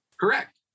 Correct